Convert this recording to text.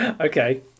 Okay